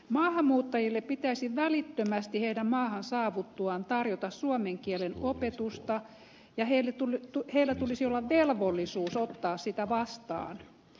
maahanmuuttajille pitäisi välittömästi heidän maahan saavuttuaan tarjota suomen kielen opetusta ja heillä tulisi olla velvollisuus ottaa sitä vastaan